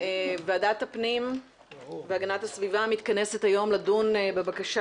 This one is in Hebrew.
ועדת הפנים והגנת הסביבה מתכנסת היום לדון בבקשה